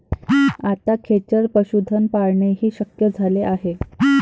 आता खेचर पशुधन पाळणेही शक्य झाले आहे